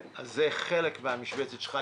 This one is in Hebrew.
זה חלק מהמשבצת שלך.